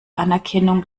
anerkennung